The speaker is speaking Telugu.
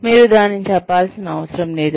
మీరు దానిని చెప్పాల్సిన అవసరం లేదు